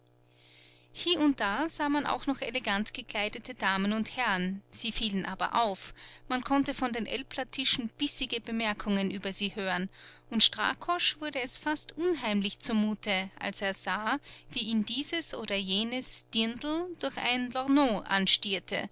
hie und da sah man auch noch elegant gekleidete damen und herren sie fielen aber auf man konnte von den aelpler tischen bissige bemerkungen über sie hören und strakosch wurde es fast unheimlich zumute als er sah wie ihn dieses oder jenes dirndl durch ein